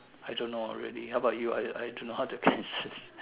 I don't know really how about you I I don't know how to answer this